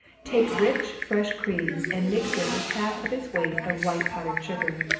take rich, fresh cream, and mix it with half of its weight of white powdered sugar.